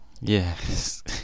Yes